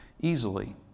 easily